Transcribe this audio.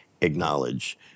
acknowledge